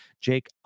Jake